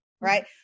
right